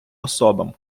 особам